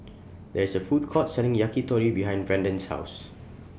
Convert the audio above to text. There IS A Food Court Selling Yakitori behind Brandon's House